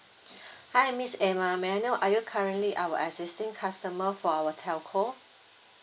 hi miss emma may I know are you currently our existing customer for our telco